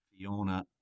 fiona